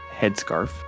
headscarf